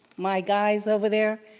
my guys over there,